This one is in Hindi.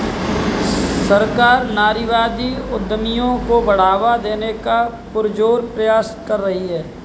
सरकार नारीवादी उद्यमियों को बढ़ावा देने का पुरजोर प्रयास कर रही है